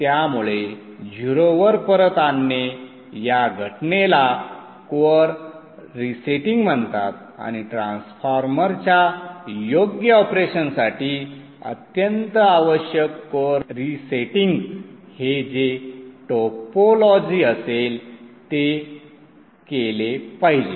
त्यामुळे 0 वर परत आणणे या घटनेला कोअर रिसेटिंग म्हणतात आणि ट्रान्सफॉर्मर्सच्या योग्य ऑपरेशनसाठी अत्यंत आवश्यक कोअर रिसेटिंग हे जे टोपोलॉजी असेल ते केले पाहिजे